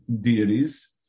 deities